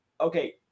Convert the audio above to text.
okay